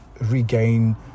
regain